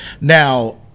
Now